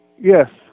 Yes